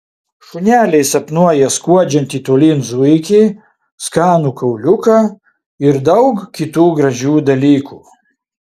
šuneliai sapnuoja skuodžiantį tolyn zuikį skanų kauliuką ir daug kitų gražių dalykų